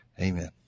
Amen